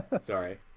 Sorry